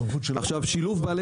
נושא חשוב אחר שילוב בעלי